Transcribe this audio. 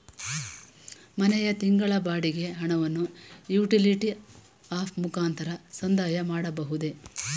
ಮನೆಯ ತಿಂಗಳ ಬಾಡಿಗೆ ಹಣವನ್ನು ಯುಟಿಲಿಟಿ ಆಪ್ ಮುಖಾಂತರ ಸಂದಾಯ ಮಾಡಬಹುದೇ?